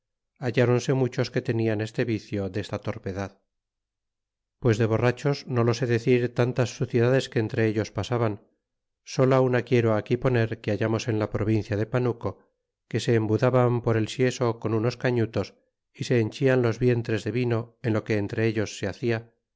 hallronse muchos que tenian este vicio desta torpedad pues de borrachos no lo sé decir tantas suciedades que entre ellos pasaban sola una quiero aquí poner que hallamos en la provincia de pataleo que se embudaban por el sieso con unos canutos y se henchian los vientres de vino de lo que entre ellos se hacia